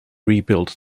rebuilt